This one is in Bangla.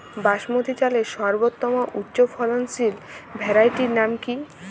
বাসমতী চালের সর্বোত্তম উচ্চ ফলনশীল ভ্যারাইটির নাম কি?